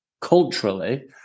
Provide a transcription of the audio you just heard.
culturally